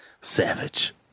savage